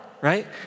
right